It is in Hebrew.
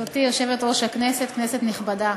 גברתי היושבת-ראש, כנסת נכבדה,